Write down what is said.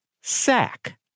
sack